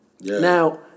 Now